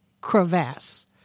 crevasse